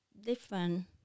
different